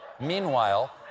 Meanwhile